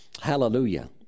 Hallelujah